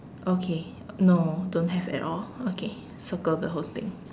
okay no don't have at all okay circle the whole thing